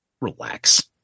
relax